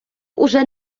уже